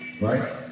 right